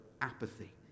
apathy